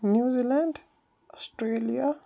New Zealand Australia